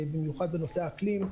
ובמיוחד בנושא האקלים,